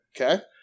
Okay